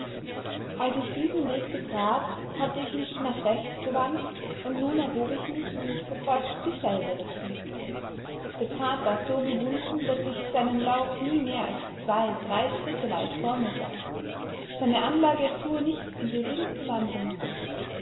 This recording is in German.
als ich diesen weg betrat hatte ich mich nach rechts gewandt und nun erhob ich mich und verfolgte dieselbe richtung der pfad war so gewunden daß ich seinen lauf nie mehr als zwei drei schritte weit vor mir sah seine anlage erfuhr nicht die geringste wandlung